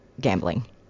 gambling